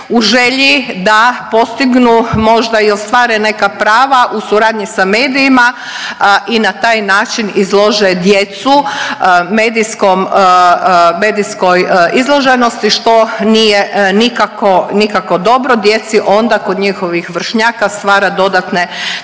u želji da postignu možda i ostvare neka prava u suradnji sa medijima i na taj način izlože djecu medijskom medijskoj izloženosti što nije nikako, nikako dobro. Djeci onda kod njihovih vršnjaka stvara dodatne